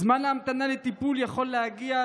זמן ההמתנה לטיפול יכול להגיע,